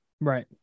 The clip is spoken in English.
Right